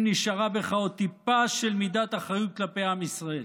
אם נשארה בך עוד טיפה של מידת אחריות כלפי עם ישראל,